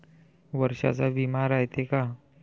वर्षाचा बिमा रायते का?